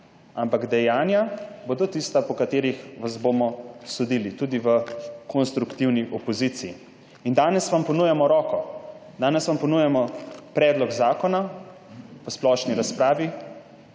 ampak dejanja bodo tista, po katerih vas bomo sodili tudi v konstruktivni opoziciji. Danes vam ponujamo roko, danes vam ponujamo predlog zakona v splošni razpravi,